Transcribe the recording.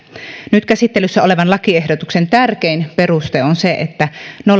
nyt käsittelyssä olevan lakiehdotuksen tärkein peruste on se että